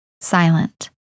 silent